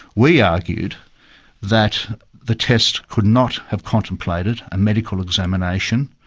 we argued that the test could not have contemplated a medical examination,